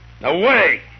Away